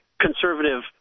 conservative